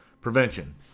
Prevention